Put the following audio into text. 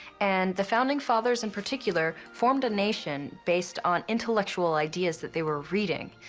and the founding fathers in particular formed a nation based on intellectual ideas that they were reading.